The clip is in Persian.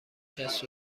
شصت